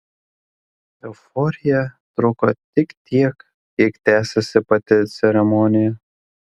euforija truko tik tiek kiek tęsėsi pati ceremonija